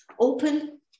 open